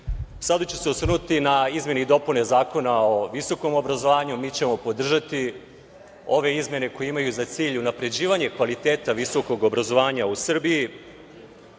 ću se osvrnuti na izmene i dopune Zakona o visokom obrazovanju. Mi ćemo podržati ove izmene, koje imaju za cilj unapređivanje kvaliteta visokog obrazovanja u Srbiji